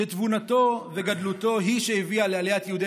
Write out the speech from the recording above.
שתבונתו וגדלותו היא שהביאה לעליית יהודי